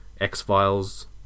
X-Files